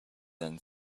than